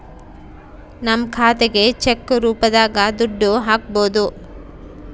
ನಮ್ ಖಾತೆಗೆ ಚೆಕ್ ರೂಪದಾಗ ದುಡ್ಡು ಹಕ್ಬೋದು